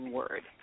word